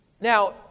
Now